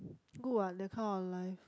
good what that kind of life